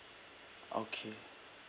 okay